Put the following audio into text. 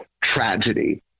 tragedy